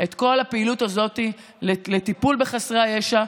את כל הפעילות הזאת לטיפול בחסרי הישע,